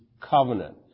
covenant